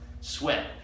sweat